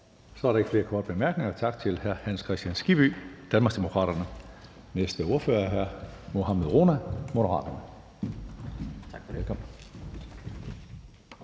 Så er der ikke flere korte bemærkninger. Tak til hr. Hans Kristian Skibby, Danmarksdemokraterne. Næste ordfører er hr. Mohammad Rona, Moderaterne. Velkommen.